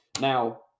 Now